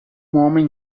homem